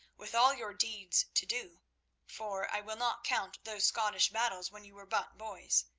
with all your deeds to do for i will not count those scottish battles when you were but boys.